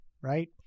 right